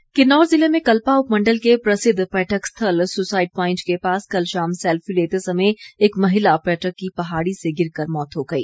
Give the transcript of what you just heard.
दुर्घटना किन्नौर ज़िले में कल्पा उपमंडल के प्रसिद्ध पर्यटक स्थल सुसाईड प्वांईट के पास कल शाम सैल्फी लेते समय एक महिला पर्यटक की पहाड़ी से गिर कर मौत हो गई